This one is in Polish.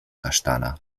kasztana